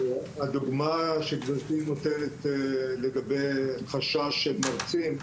הדוגמא שגברתי נותנת לגבי חשש של מרצים,